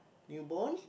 new born